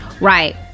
Right